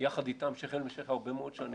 יחד איתם שכם אל שכם הרבה מאוד שנים.